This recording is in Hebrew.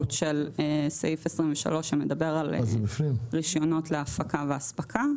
של סעיף 23 שמדבר על רישיונות להפקה ואספקה,